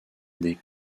des